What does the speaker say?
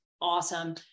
awesome